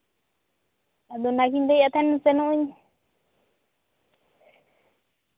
ᱟᱫᱚ ᱚᱱᱟᱜᱤᱧ ᱞᱟᱹᱭᱮᱜ ᱛᱟᱦᱮᱱ ᱥᱮᱱᱚᱜᱼᱟᱹᱧ